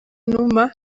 numa